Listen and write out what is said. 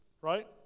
right